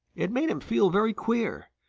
it made him feel very queer.